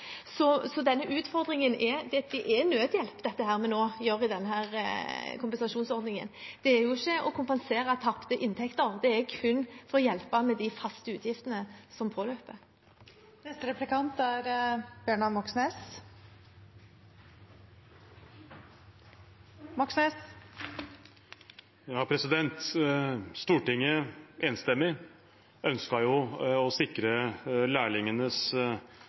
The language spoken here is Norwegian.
så det er nødhjelp vi gir gjennom denne kompensasjonsordningen. Det er ikke for å kompensere for tapte inntekter; det er kun for å hjelpe til med de faste utgiftene som